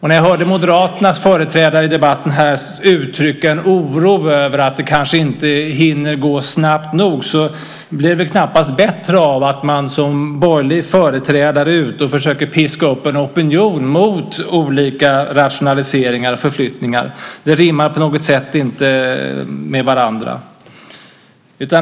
När jag hörde Moderaternas företrädare i debatten här uttrycka en oro över att det kanske inte hinner gå snabbt nog, vill jag säga att det väl knappast blir bättre av att man som borgerlig företrädare är ute och försöker piska upp en opinion mot olika rationaliseringar och förflyttningar. Det rimmar på något sätt inte med varandra.